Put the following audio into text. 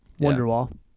Wonderwall